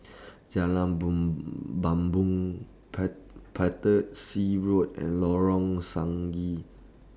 Jalan Bumbong Road and Lorong Stangee